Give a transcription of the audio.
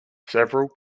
several